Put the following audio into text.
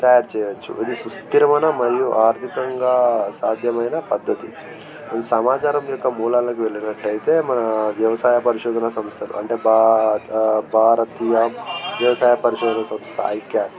తయారు చేయొచ్చు ఇది సుస్థిరమైన మరియు ఆర్ధికంగా సాధ్యమయిన పద్ధతి ఈ సమాచారం యొక్క మూలలలోకి వెళ్ళినట్లయితే మన వ్యవసాయ పరిశోధనా సంస్థలు అంటే భా భారతీయ వ్యవసాయ పరిశోధనా సంస్థ అంటే ఐకియార్